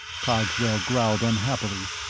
cogswell growled unhappily.